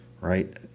right